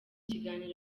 kiganiro